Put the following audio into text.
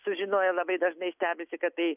sužinoję labai dažnai stebisi kad tai